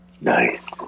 Nice